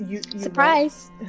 surprise